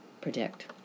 predict